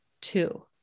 Two